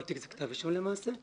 כל תיק זה כתב אישום למעשה.